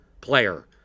player